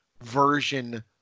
version